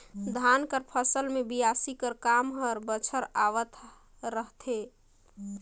धान कर फसिल मे बियासी कर काम हर बछर आवत रहथे